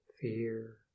fear